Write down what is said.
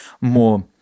more